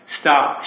stop